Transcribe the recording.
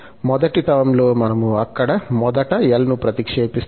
మొదటి టర్మ్ లో మనము అక్కడ మొదటి l ను ప్రతిక్షేపిస్తాము